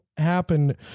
happen